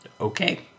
Okay